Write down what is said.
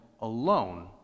alone